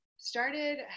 Started